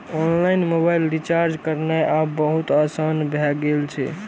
online mobile recharge करनाय आब बहुत आसान भए गेल छै